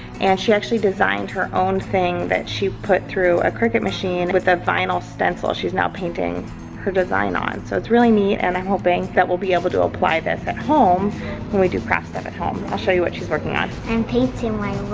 and she actually designed her own thing that she put through a cricket machine, with a vinyl stencil she's now painting her design on. so, it's really neat, and i'm hoping we'll be able to apply this at home when we do craft stuff at home. i'll show you what she's working on. i'm and painting